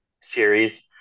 series